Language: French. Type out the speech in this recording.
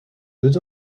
deux